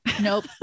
Nope